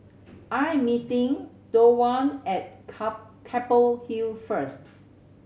I am meeting Thorwald at Keppel Hill first